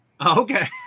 Okay